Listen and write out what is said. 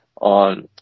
on